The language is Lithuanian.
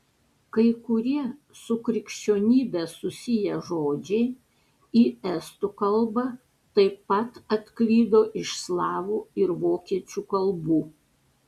kai kurie su krikščionybe susiję žodžiai į estų kalbą taip pat atklydo iš slavų ir vokiečių kalbų